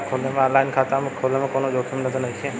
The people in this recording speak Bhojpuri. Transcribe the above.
आन लाइन खाता खोले में कौनो जोखिम त नइखे?